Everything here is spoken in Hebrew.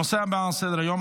הנושא הבא על סדר-היום,